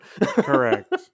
Correct